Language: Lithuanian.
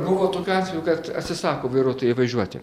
buvo tokių atvejų kad atsisako vairuotojui važiuoti